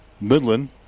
Midland